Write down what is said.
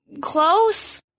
close